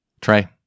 Trey